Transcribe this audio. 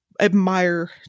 admire